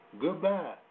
Goodbye